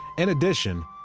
in addition,